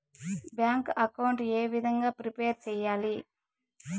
Bank account ఏ విధంగా prepare సెయ్యాలి?